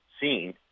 seen